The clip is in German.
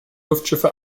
luftschiffe